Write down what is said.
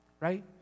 right